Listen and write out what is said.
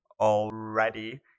already